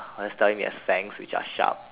just telling him they have fangs which are sharp